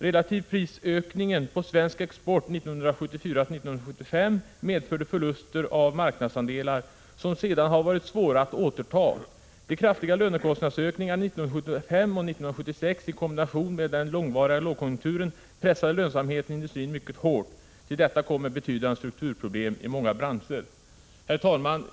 Relativprisökningen på svensk export 1974-1975 medförde förluster av marknadsandelar som sedan har varit svåra att återta. De kraftiga lönekostnadsökningarna 1975 och 1976 i kombination med den långvariga lågkonjunkturen pressade lönsamheten i industrin mycket hårt. Till detta kommer betydande struktur Herr talman!